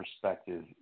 perspective